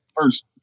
first